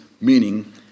meaning